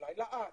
אולי לעד.